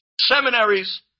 Seminaries